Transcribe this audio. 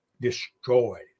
destroyed